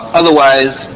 otherwise